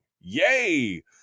Yay